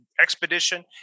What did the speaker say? Expedition